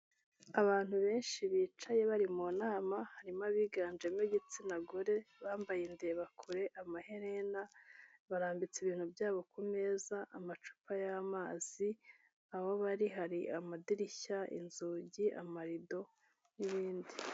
Abantu benshi bicaye bari mu nama harimo abiganjemo igitsina gore, bambaye indeba kure, amaherena, barambitse ibintu byabo ku meza, amacupa y'amazi, aho bari hari amadirishya, inzugi, amarido n'ibindi.